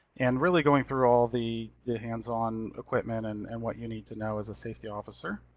and really going through all the the hands on equipment, and and what you need to know as a safety officer.